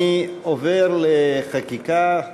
אני עובר לחקיקה.